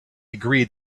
agreed